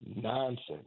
nonsense